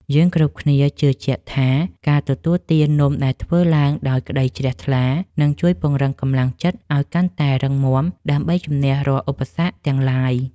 យើងគ្រប់គ្នាជឿជាក់ថាការទទួលទាននំដែលធ្វើឡើងដោយក្ដីជ្រះថ្លានឹងជួយពង្រឹងកម្លាំងចិត្តឱ្យកាន់តែរឹងមាំដើម្បីជម្នះរាល់ឧបសគ្គទាំងឡាយ។